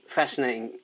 fascinating